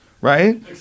Right